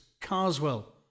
Carswell